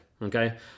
Okay